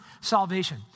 salvation